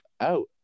out